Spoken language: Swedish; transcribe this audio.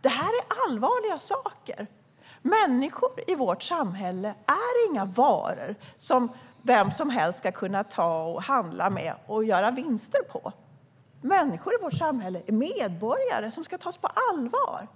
Det är allvarligt. Människor i vårt samhälle är inga varor som vem som helst kan handla med och göra vinst på. Människor i vårt samhälle är medborgare som ska tas på allvar.